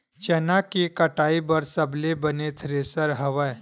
चना के कटाई बर सबले बने थ्रेसर हवय?